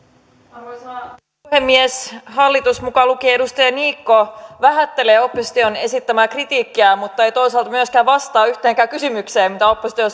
arvoisa puhemies hallitus mukaan lukien edustaja niikko vähättelee opposition esittämää kritiikkiä mutta ei toisaalta myöskään vastaa yhteenkään kysymykseen mitä opposition